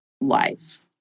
life